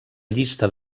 llista